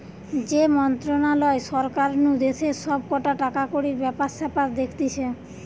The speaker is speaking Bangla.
যে মন্ত্রণালয় সরকার নু দেশের সব কটা টাকাকড়ির ব্যাপার স্যাপার দেখতিছে